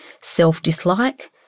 self-dislike